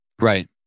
Right